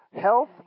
health